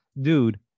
Dude